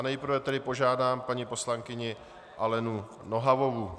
Nejprve požádám paní poslankyni Alenu Nohavovou.